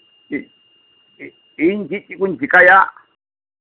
ᱤᱧ ᱪᱮᱫ ᱠᱚᱪᱚᱧ ᱪᱮᱠᱟᱭᱟ